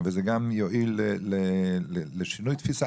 וזה גם יועיל לשינוי תפיסה.